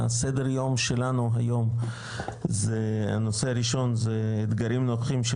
הסדר יום שלנו היום זה הנושא הראשון זה אתגרים נוכחיים של